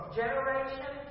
generation